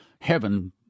heaven